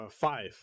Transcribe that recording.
five